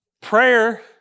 prayer